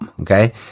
okay